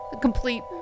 complete